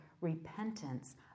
repentance